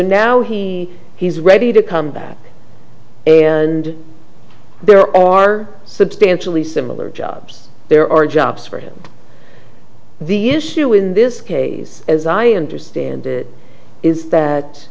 now he he's ready to come back and there are substantially similar jobs there are jobs for him the issue in this case as i understand it is that